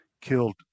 killed